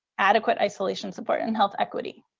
adequate isolation support and health equity.